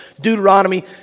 Deuteronomy